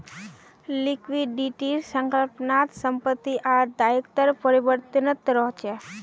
लिक्विडिटीर संकल्पना त संपत्ति आर दायित्वेर परिवर्तनीयता रहछे